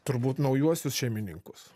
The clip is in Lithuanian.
turbūt naujuosius šeimininkus